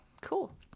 Cool